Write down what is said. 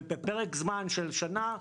ובפרק זמן של שנה,